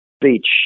beach